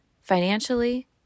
financially